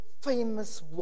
famous